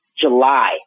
July